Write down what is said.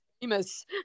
famous